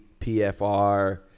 PFR